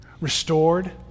restored